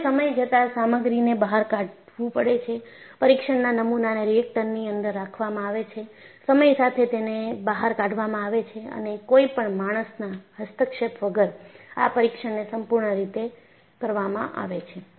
તેઓએ સમય જતા સામગ્રી ને બહાર કાઢવું પડે છે પરીક્ષણના નમુનાને રિએક્ટરની અંદર રાખવામાં આવે છે સમય સાથે તેને બહાર કાઢવામાં આવે છે અને કોઈપણ માણસના હસ્તક્ષેપ વગર આ પરીક્ષણને સંપૂર્ણ રીતે કરવામાં આવે છે